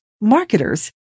marketers